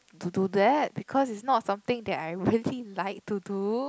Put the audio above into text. to do that because it's not something that I really like to do